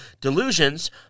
delusions